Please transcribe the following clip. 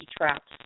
traps